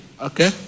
Okay